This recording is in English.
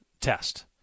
test